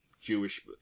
Jewish